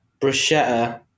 bruschetta